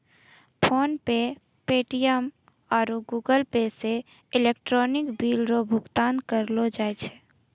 PhonePe Paytm आरु Google Pay से electronic bill रो भुगतान करलो जाय छै